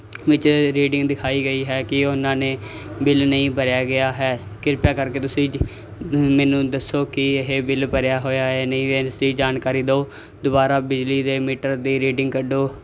ਵਿੱਚ ਰੀਡਿੰਗ ਦਿਖਾਈ ਗਈ ਹੈ ਕਿ ਉਹਨਾਂ ਨੇ ਬਿੱਲ ਨਹੀਂ ਭਰਿਆ ਗਿਆ ਹੈ ਕਿਰਪਾ ਕਰਕੇ ਤੁਸੀਂ ਦੀ ਮੈਨੂੰ ਦੱਸੋ ਕਿ ਇਹ ਬਿੱਲ ਭਰਿਆ ਹੋਇਆ ਜਾਂ ਨਹੀਂ ਜਾਂ ਇਸਦੀ ਜਾਣਕਾਰੀ ਦਿਓ ਦੁਬਾਰਾ ਬਿਜਲੀ ਦੇ ਮੀਟਰ ਦੀ ਰੀਡਿੰਗ ਕੱਢੋ